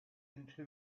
into